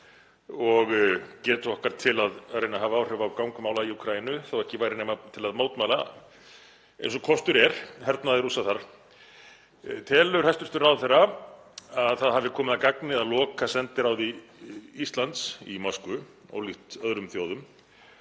og getu okkar til að reyna að hafa áhrif á gang mála í Úkraínu þótt ekki væri nema til að mótmæla eins og kostur er hernaði Rússa þar. Telur hæstv. ráðherra að það hafi komið að gagni að loka sendiráði Íslands í Moskvu, ólíkt öðrum þjóðum,